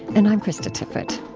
and i'm krista tippett